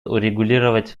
урегулировать